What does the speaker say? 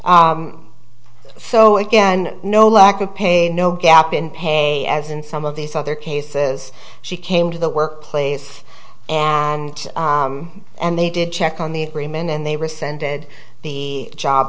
completely so again no lack of pay and no gap in pay as in some of these other cases she came to the workplace and and they did check on the agreement and they rescinded the job